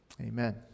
amen